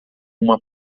uma